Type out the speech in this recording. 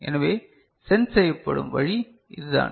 எனவே சென்ஸ் செய்யப்படும் வழி இது தான்